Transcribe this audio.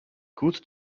gut